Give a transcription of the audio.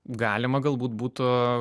galima galbūt būtų